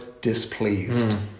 displeased